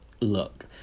look